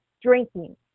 drinking